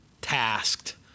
tasked